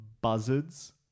buzzards